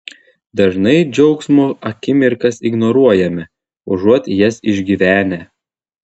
dažnai džiaugsmo akimirkas ignoruojame užuot jas išgyvenę